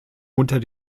unter